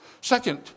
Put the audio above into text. Second